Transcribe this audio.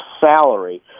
salary